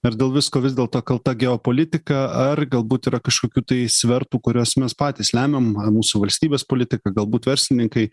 ar dėl visko vis dėl to kalta geopolitika ar galbūt yra kažkokių tai svertų kuriuos mes patys lemiam mūsų valstybės politika galbūt verslininkai